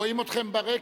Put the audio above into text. רואים אתכם ברקע.